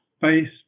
based